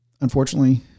Unfortunately